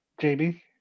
Jamie